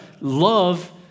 love